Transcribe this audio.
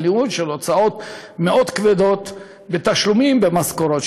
של ניהול ושל הוצאות מאוד כבדות לתשלומים של משכורות.